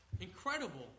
incredible